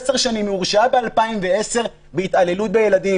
לפני עשר שנים ב-2010 היא הורשעה בהתעללות בילדים.